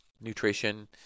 nutrition